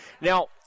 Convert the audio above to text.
Now